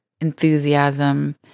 enthusiasm